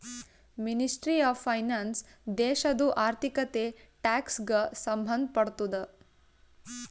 ministry of finance ದೇಶದು ಆರ್ಥಿಕತೆ, tax ಗ ಸಂಭಂದ್ ಪಡ್ತುದ